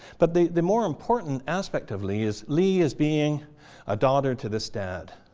but the the more important aspect of li is li is being a daughter to this dad.